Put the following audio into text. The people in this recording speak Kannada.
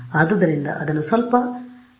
ಆದ್ದರಿಂದ ಅದನ್ನು ಸ್ವಲ್ಪ 300 ಸಮಯದವರೆಗೆ ಓಡಿಸುತ್ತೀರಿ